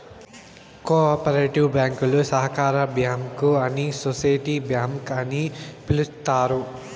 co operative బ్యాంకులు సహకార bank అని సోసిటీ బ్యాంక్ అని పిలుత్తారు